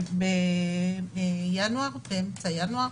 באמצע ינואר.